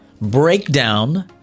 breakdown